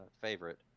favorite